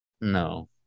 No